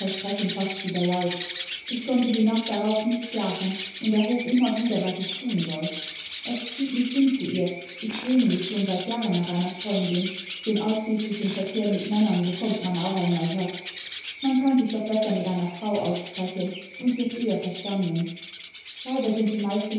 versprechen fast wieder jeid ich konnte die nacht darauf nicht schlafen und erwo immer wieder was ich tun soll es zieht mich hin zu ihr ich sehne mich schon seit jahren nach einer freundin den ausschließlichen verkehr mit männern bekodmnt man auch einmal satt man kann sich doch besser zu einer frau aussprechen xmd wird eher verstanden leider sind die meisten